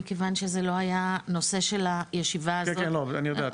מכיוון שזה לא היה נושא של הישיבה הזאת --- אני יודע,